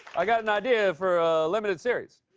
i got an idea for a limited series.